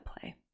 play